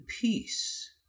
peace